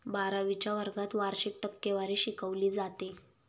बारावीच्या वर्गात वार्षिक टक्केवारी शिकवली जाते